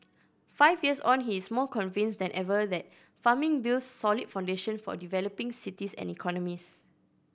five years on he is more convinced than ever that farming builds solid foundation for developing cities and economies